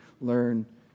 learn